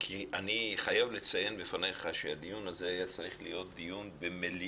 אני חייב לציין בפניך שהדיון הזה היה צריך להיות במליאה